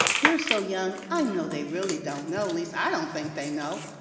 they're so young, i know they really don't know. at least i don't think they know.